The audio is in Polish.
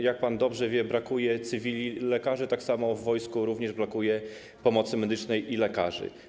Jak pan dobrze wie, brakuje cywili lekarzy, tak samo w wojsku również brakuje pomocy medycznej i lekarzy.